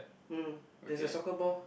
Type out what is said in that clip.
um there's a soccer ball